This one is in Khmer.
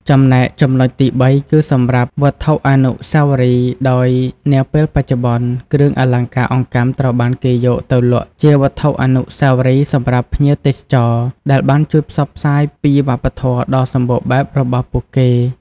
ចំណែក ចំណុចទីបី គឺសម្រាប់ វត្ថុអនុស្សាវរីយ៍ ដោយនាពេលបច្ចុប្បន្ន គ្រឿងអលង្ការអង្កាំត្រូវបានគេយកទៅលក់ជាវត្ថុអនុស្សាវរីយ៍សម្រាប់ភ្ញៀវទេសចរ ដែលបានជួយផ្សព្វផ្សាយពីវប្បធម៌ដ៏សម្បូរបែបរបស់ពួកគេ។